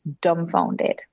dumbfounded